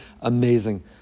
amazing